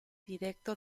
directo